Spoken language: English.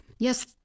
Yes